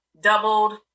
doubled